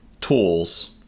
tools